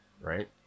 right